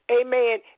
amen